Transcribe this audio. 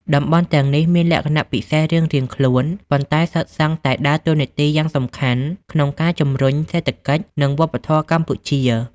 តំបន់ទាំងនេះមានលក្ខណៈពិសេសរៀងៗខ្លួន ប៉ុន្តែសុទ្ធសឹងតែដើរតួនាទីយ៉ាងសំខាន់ក្នុងការជំរុញសេដ្ឋកិច្ច និងវប្បធម៌កម្ពុជា។